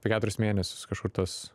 tai keturis mėnesius kažkur tas